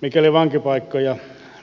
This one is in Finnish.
mikäli